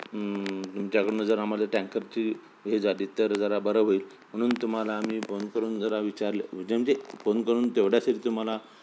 तुमच्याकडनं जर आम्हाला टँकरची हे झाली तर जरा बरं होईल म्हणून तुम्हाला आम्ही फोन करून जरा विचारले ज म्हणजे फोन करून तेवढ्यासाठी तुम्हाला